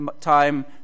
time